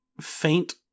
faint